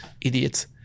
Idiots